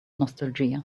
nostalgia